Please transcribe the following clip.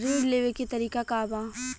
ऋण लेवे के तरीका का बा?